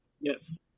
Yes